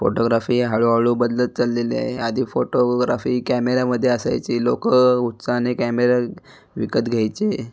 photography हळूहळू बदलत चाललेली आहे आधी फोटोग्राफी कॅमेऱ्यामध्ये असायची लोक उत्साहाने कॅमेरा विकत घ्यायचे